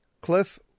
Cliff